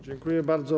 Dziękuję bardzo.